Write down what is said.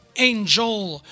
Angel